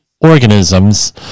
organisms